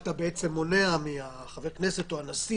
אתה בעצם מונע מחבר הכנסת או מהנשיא,